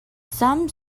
some